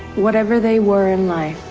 whatever they were in life,